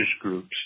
groups